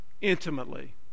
intimately